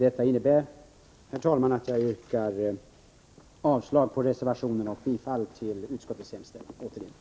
Detta innebär, herr talman, att jag återigen yrkar avslag på reservationen på denna punkt och bifall till utskottets hemställan.